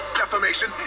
defamation